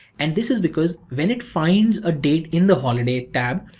and this is because when it finds a date in the holiday tab,